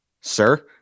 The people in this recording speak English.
sir